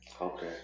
Okay